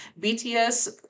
bts